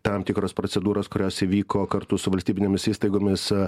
tam tikros procedūros kurios įvyko kartu su valstybinėmis įstaigomis